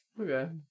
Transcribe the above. Okay